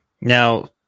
Now